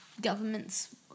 governments